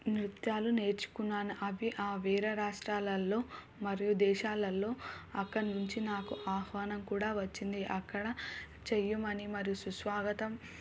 నృత్యాలు నేర్చుకున్నాను అవి అ వేరే రాష్ట్రాలల్లో మరియు దేశాలల్లో అక్కడ నుంచి నాకు ఆహ్వానం కూడా వచ్చింది అక్కడ చెయ్యమని మరియు సుస్వాగతం